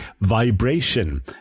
vibration